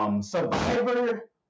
Survivor